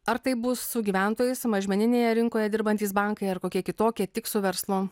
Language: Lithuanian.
ar tai bus su gyventojais mažmeninėje rinkoje dirbantys bankai ar kokia kitokia tik su verslu